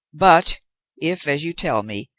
but if, as you tell me,